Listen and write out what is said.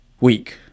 weak